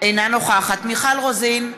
אינה נוכחת מיכל רוזין,